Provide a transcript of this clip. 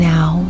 Now